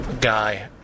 guy